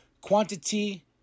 Quantity